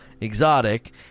exotic